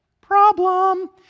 problem